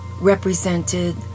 represented